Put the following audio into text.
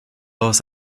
los